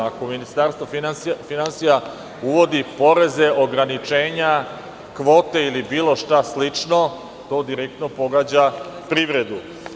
Ako ministarstvo finansija uvodi poreze, ograničenja, kvote ili bilo šta slično, to direktno pogađa privredu.